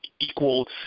equal